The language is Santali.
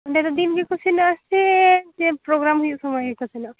ᱚᱸᱰᱮ ᱫᱚ ᱫᱤᱱ ᱜᱮᱠᱚ ᱥᱮᱱᱚᱜᱼᱟ ᱥᱮ ᱯᱨᱳᱜᱨᱟᱢ ᱦᱩᱭᱩᱜ ᱥᱚᱢᱚᱭ ᱜᱮᱠᱚ ᱥᱮᱱᱚᱜᱼᱟ